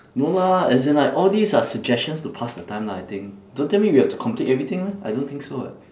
no lah as in like all these are suggestions to pass the time lah I think don't tell me we have to complete everything leh I don't think so eh